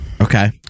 Okay